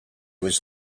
was